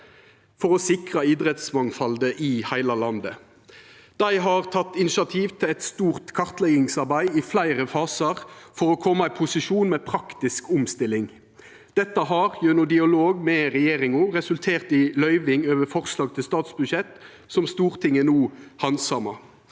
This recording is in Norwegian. for å sikra idrettsmangfaldet i heile landet. Dei har teke initiativ til eit stort kartleggingsarbeid i fleire fasar for å koma i posisjon med praktisk omstilling. Dette har gjennom dialog med regjeringa resultert i løyving over forslag til statsbudsjett, som Stortinget no handsamar.